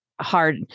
hard